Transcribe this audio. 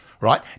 Right